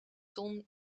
ton